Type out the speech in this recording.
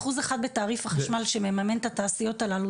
אחוז אחד בתעריף החשמל שמממן את התעשיות הללו,